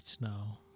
now